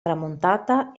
tramontata